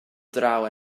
draw